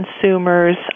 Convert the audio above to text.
consumers